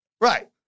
Right